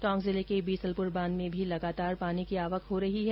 टोंक जिले के बीसलपुर बांध में भी लगातार पानी की आवक हो रही है